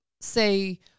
say